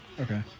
Okay